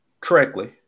correctly